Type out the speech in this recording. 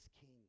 King